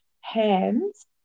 hands